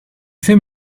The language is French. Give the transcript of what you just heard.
fait